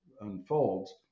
unfolds